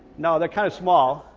no they're kind of small.